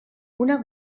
una